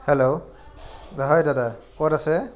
hello হয় দাদা ক'ত আছে